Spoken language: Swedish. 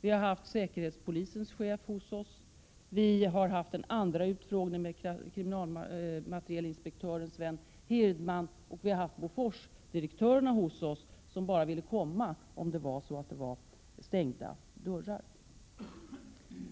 Vi har haft säkerhetspolisens chef hos oss, vi har haft en andra utfrågning med krigsmaterielinspektören Sven Hirdman, och vi har haft Boforsdirektörerna, som ville komma bara om det var stängda dörrar, hos oss.